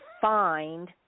find